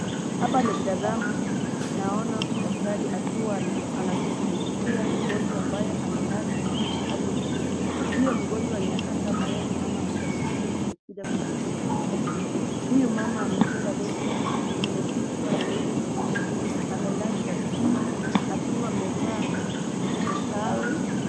Hapa nikitazama naona daktari akiwa na anashughulikia mgonjwa ambaye amelazwa hapo chini. Huyo mgonjwa inakaa ni kama yeye ni mama mjamzito na amekuja kujifungua. Huyu mama amefunga leso kwenye kichwa na leso kiunoni. Amelazwa chini akiwa amevaa sare.